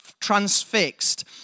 transfixed